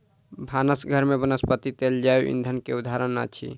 भानस घर में वनस्पति तेल जैव ईंधन के उदाहरण अछि